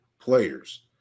players